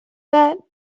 that